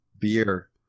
Beer